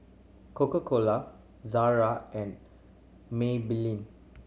Coca Cola Zara and Maybelline